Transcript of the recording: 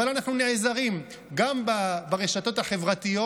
אבל אנחנו נעזרים גם ברשתות החברתיות,